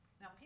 Now